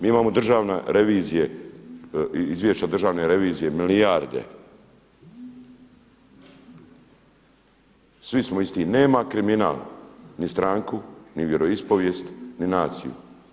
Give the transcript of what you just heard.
Mi imamo državne revizije i izvješća državne revizije, milijarde, svi smo isti, nema kriminal, ni stranku, ni vjeroispovijest, ni naciju.